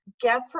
get